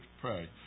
pray